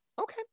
okay